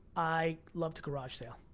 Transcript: i love to garage sale.